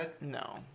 No